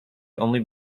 only